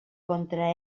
contra